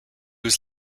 was